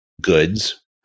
goods